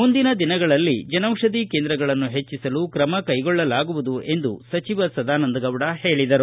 ಮುಂದಿನ ದಿನಗಳಲ್ಲಿ ಜನೌಷಧಿ ಕೇಂದ್ರಗಳನ್ನು ಹೆಚ್ಚಿಸಲು ಕ್ರಮ ಕೈಗೊಳ್ಳಲಾಗುವುದು ಎಂದು ಸದಾನಂದಗೌಡ ಹೇಳಿದರು